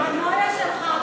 הפרנויה שלך,